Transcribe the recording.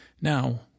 Now